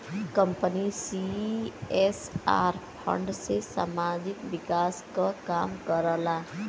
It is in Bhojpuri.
कंपनी सी.एस.आर फण्ड से सामाजिक विकास क काम करला